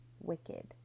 wicked